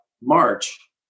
March